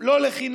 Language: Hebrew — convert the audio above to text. לחינם, לא לחינם,